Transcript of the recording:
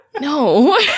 no